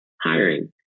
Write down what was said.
hiring